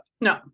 No